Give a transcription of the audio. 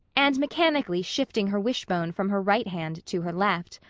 and mechanically shifting her wishbone from her right hand to her left.